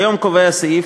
כיום קובע הסעיף,